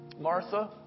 Martha